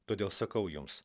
todėl sakau jums